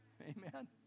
amen